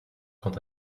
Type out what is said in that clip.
quand